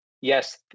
yes